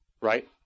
Right